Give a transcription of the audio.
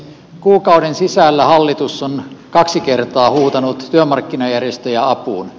kuukauden sisällä hallitus on kaksi kertaa huutanut työmarkkinajärjestöjä apuun